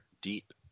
deep